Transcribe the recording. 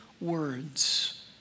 words